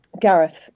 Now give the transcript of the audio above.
gareth